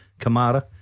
Kamara